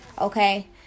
okay